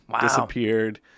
disappeared